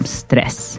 stress